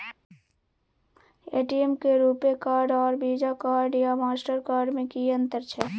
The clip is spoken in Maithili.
ए.टी.एम में रूपे कार्ड आर वीजा कार्ड या मास्टर कार्ड में कि अतंर छै?